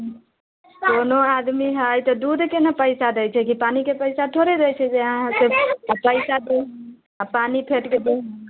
कोनो आदमी हय तऽ दूधके ने पैसा दै छै कि पानिके पैसा थोड़े दै छियै जे अहाँके पैसा दैमे आओर पानि फेटके देम